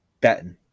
betting